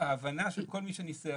ההבנה של כל מי שניסח,